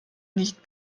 nicht